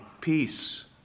peace